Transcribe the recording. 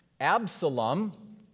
Absalom